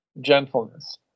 gentleness